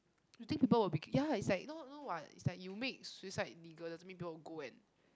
you think people will be ya it's like no no what it's like you make suicide legal doesn't mean people will go and